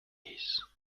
please